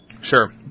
Sure